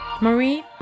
Marie